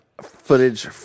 Footage